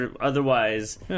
Otherwise